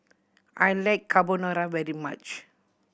I like Carbonara very much